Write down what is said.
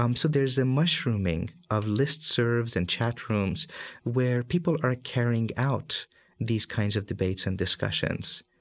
um so there's a mushrooming of list serves and chat rooms where people are carrying out these kinds of debates and discussions.